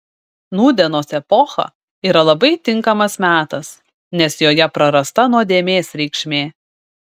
nūdienos epocha yra labai tinkamas metas nes joje prarasta nuodėmės reikšmė